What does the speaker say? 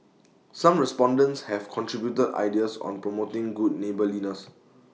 some respondents have contributed ideas on promoting good neighbourliness